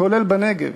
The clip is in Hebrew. כולל בנגב,